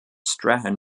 strahan